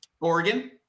Oregon